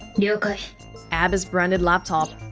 yeah abis branded laptop